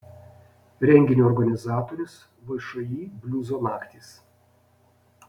renginio organizatorius všį bliuzo naktys